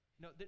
no